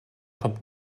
kommt